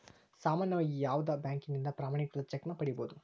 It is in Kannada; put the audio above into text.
ಸಾಮಾನ್ಯವಾಗಿ ಯಾವುದ ಬ್ಯಾಂಕಿನಿಂದ ಪ್ರಮಾಣೇಕೃತ ಚೆಕ್ ನ ಪಡಿಬಹುದು